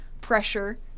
pressure